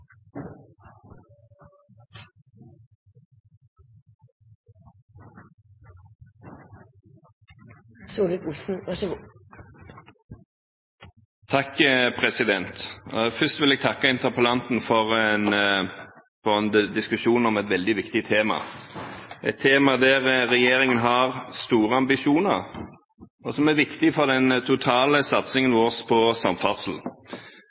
Først vil jeg takke interpellanten for en diskusjon om et veldig viktig tema, et tema der regjeringen har store ambisjoner, som er viktig for den totale satsingen vår på samferdsel.